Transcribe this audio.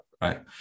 Right